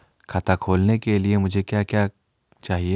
खाता खोलने के लिए मुझे क्या क्या चाहिए?